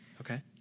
Okay